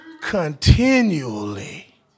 Continually